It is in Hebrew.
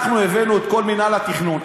אנחנו הבאנו את כל מינהל התכנון,